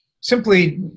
simply